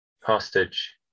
hostage